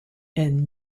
and